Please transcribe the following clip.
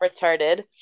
retarded